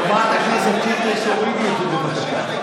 חברת הכנסת שטרית, תורידי את זה, בבקשה.